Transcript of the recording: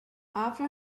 after